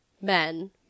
men